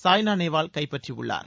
Saina Nehwal கைப்பற்றியுள்ளார்